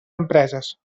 empreses